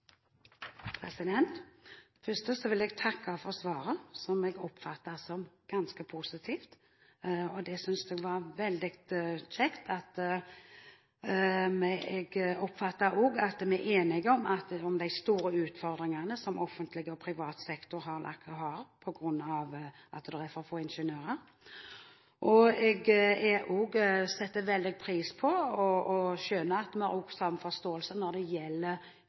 Først vil jeg takke for svaret, som jeg oppfatter som ganske positivt. Det synes jeg var veldig bra, og jeg oppfatter også at vi er enige om de store utfordringene som offentlig og privat sektor har på grunn av at det er for få ingeniører. Jeg setter også veldig pris på og skjønner at vi også har samme forståelsen når det gjelder